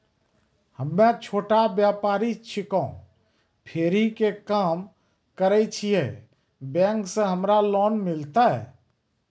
हम्मे छोटा व्यपारी छिकौं, फेरी के काम करे छियै, बैंक से हमरा लोन मिलतै?